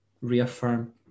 reaffirm